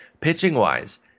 pitching-wise